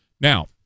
now